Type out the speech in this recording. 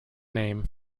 name